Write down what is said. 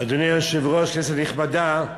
אדוני היושב-ראש, כנסת נכבדה,